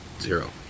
zero